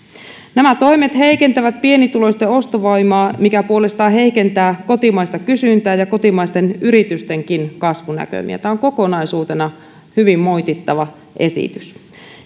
nämä toimet heikentävät pienituloisten ostovoimaa mikä puolestaan heikentää kotimaista kysyntää ja kotimaisten yritystenkin kasvunäkymiä tämä on kokonaisuutena hyvin moitittava esitys